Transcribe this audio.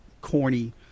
corny